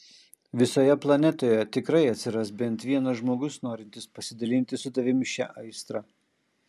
visoje planetoje tikrai atsiras bent vienas žmogus norintis pasidalinti su tavimi šia aistra